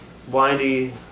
Windy